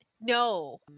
No